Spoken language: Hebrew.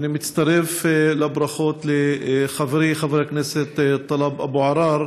ואני מצטרף לברכות לחברי חבר הכנסת טלב אבו עראר